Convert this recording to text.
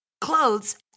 clothes